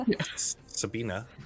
sabina